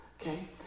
Okay